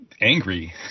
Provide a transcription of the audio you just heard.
Angry